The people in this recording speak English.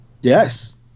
yes